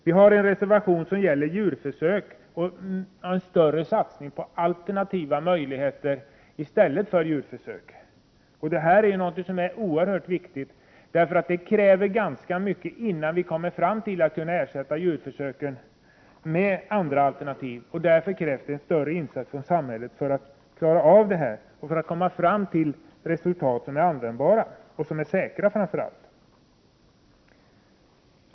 Vi har en reservation som gäller djurförsök och en större satsning på alternativ till djurförsök. Detta är oerhört viktigt. Det krävs ganska mycket innan man kan ersätta djurförsök med andra alternativ. Det krävs en större insats från samhällets sida för att man skall kunna komma fram till användbara och framför allt säkra resultat.